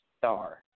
star